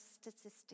statistics